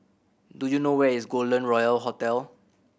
do you know where is Golden Royal Hotel